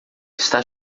está